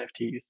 NFTs